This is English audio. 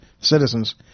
citizens